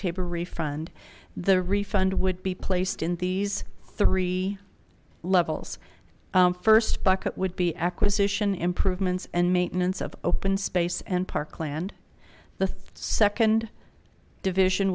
taper refund the refund would be placed in these three levels first bucket would be acquisition improvements and maintenance of open space and parkland the third second division